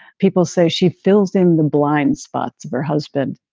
people say she fills in the blind spots of her husband.